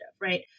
right